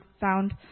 found